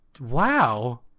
Wow